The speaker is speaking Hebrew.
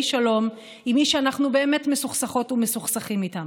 שלום עם מי שאנחנו באמת מסוכסכות ומסוכסכים איתם.